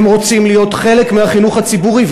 הם רוצים להיות חלק מהחינוך הציבורי.